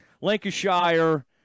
Lancashire